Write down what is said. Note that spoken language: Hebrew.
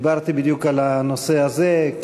דיברתי בדיוק על הנושא הזה.